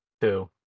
Two